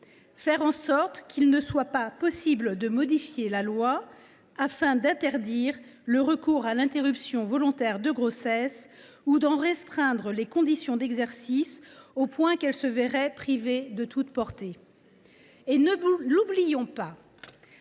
faire en sorte qu’il ne soit pas possible de modifier la loi afin d’interdire le recours à l’interruption volontaire de grossesse ou d’en restreindre les conditions d’exercice au point qu’elle se verrait privée de toute portée. Ne l’oublions pas,